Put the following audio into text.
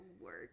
work